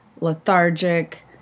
lethargic